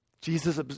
Jesus